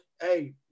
hey